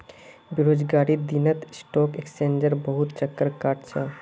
बेरोजगारीर दिनत स्टॉक एक्सचेंजेर बहुत चक्कर काट छ